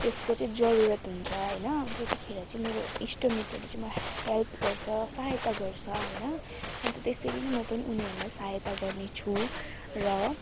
त्यसको चाहिँ जरूरत हुन्छ होइन त्यतिखेर चाहिँ मेरो इष्टमित्रले चाहिँ मलाई हेल्प गर्छ सहायता गर्छ हैन अन्त तेसरी नै म पनि उनीहरूलाई सहायता गर्नेछु र